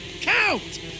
count